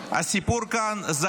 הסיפור כאן הוא לא ולדימיר בליאק,